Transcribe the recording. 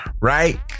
right